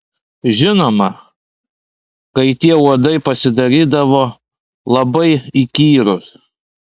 žinoma kai tie uodai pasidarydavo labai įkyrūs